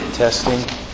Testing